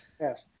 yes